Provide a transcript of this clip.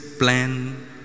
plan